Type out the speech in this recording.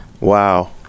wow